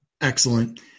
Excellent